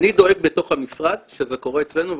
אני דואג בתוך המשרד שזה קורה אצלנו,